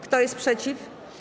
Kto jest przeciw?